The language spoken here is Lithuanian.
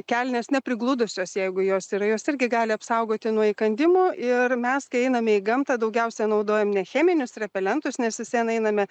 kelnės ne prigludusios jeigu jos yra jos irgi gali apsaugoti nuo įkandimų ir mes kai einame į gamtą daugiausia naudojam ne cheminius repelentus nes vis vien einame